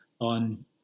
on